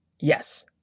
Yes